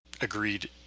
agreed